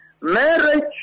marriage